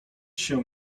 się